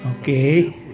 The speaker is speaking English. Okay